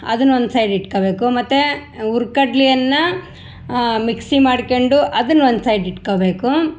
ಅದನ್ನು ಒಂದು ಸೈಡ್ ಇಟ್ಕೊಬೇಕು ಮತ್ತು ಹುರ್ಗಡ್ಲೆಯನ್ನ ಮಿಕ್ಸಿ ಮಾಡ್ಕೊಂಡು ಅದನ್ನು ಒಂದು ಸೈಡ್ ಇಟ್ಕೊಬೇಕು